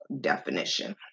definition